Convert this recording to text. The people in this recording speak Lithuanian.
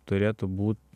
turėtų būt